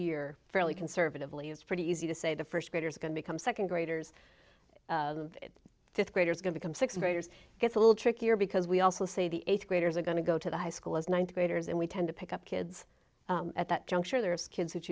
year fairly conservatively it's pretty easy to say the first graders are going to come second graders fifth graders going to come sixth graders gets a little trickier because we also say the eighth graders are going to go to the high school as ninth graders and we tend to pick up kids at that juncture there is kids that